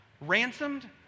Ransomed